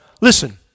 Listen